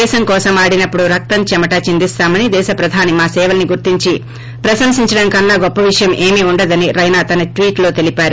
దేశం కోసం ఆడినప్పుడు రక్తం చెమట చిందిస్తామని దేశ ప్రధాని మా సేవల్పి గుర్తించి ప్రశంసించడం కన్నా గొప్ప విషయం ఏమీ ఉండదని రైనా తన ట్వీట్లో తెలిపారు